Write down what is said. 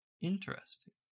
Interesting